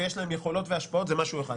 ויש להם יכולות והשפעות זה משהו אחד,